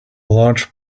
large